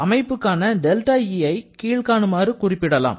அமைப்புக்கான δEஐ கீழ்க்காணுமாறு குறிப்பிடலாம்